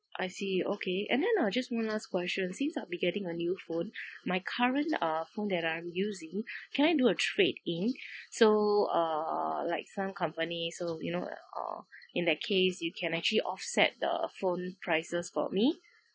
I see okay and then ah just one last question since I'll be getting a new phone my current uh phone that I'm using can I do a trade-in so err like some company so you know uh in that case you can actually offset the phone prices for me